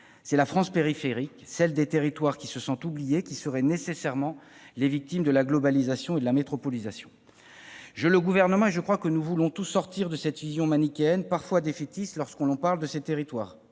c'est la France périphérique, celle de territoires qui se sentent oubliés et qui seraient nécessairement les victimes de la globalisation et de la métropolisation. Le Gouvernement, comme chacun ici, veut sortir de cette vision manichéenne, parfois défaitiste, lorsqu'il est question de ces territoires.